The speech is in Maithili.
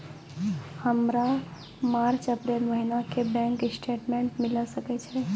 हमर मार्च अप्रैल महीना के बैंक स्टेटमेंट मिले सकय छै?